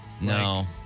No